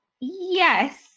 Yes